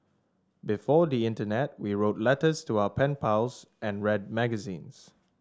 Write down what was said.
before the internet we wrote letters to our pen pals and read magazines